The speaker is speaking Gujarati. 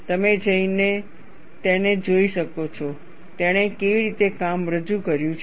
તમે જઈને તેને જોઈ શકો છો તેણે કેવી રીતે કામ રજૂ કર્યું છે